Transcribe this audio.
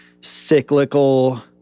cyclical